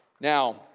now